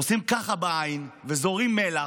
עושים ככה בעין וזורים מלח,